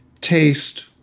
taste